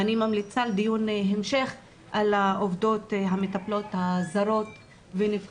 אני ממליצה על דיון המשך על המטפלות הזרות שגם